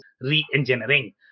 re-engineering